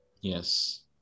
Yes